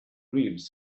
dreams